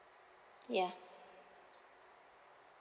ya